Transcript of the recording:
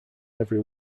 every